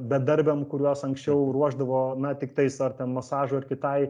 bedarbiam kuriuos anksčiau ruošdavo na tiktais ar ten masažui ar kitai